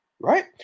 right